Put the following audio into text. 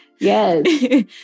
Yes